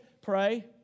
Pray